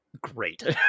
great